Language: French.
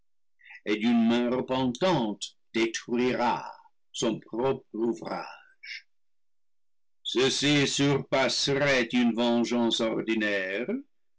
repentante détruira son propre ouvrage ceci surpasserait une vengeance ordinaire